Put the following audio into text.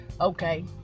Okay